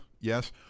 Yes